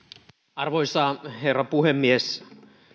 arvoisa herra puhemies